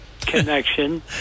connection